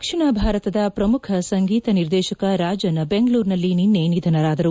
ದಕ್ಷಿಣ ಭಾರತದ ಪ್ರಮುಖ ಸಂಗೀತ ನಿರ್ದೇಶಕ ರಾಜನ್ ಬೆಂಗಳೂರಿನಲ್ಲಿ ನಿನ್ನೆ ನಿಧನರಾದರು